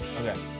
Okay